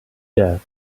death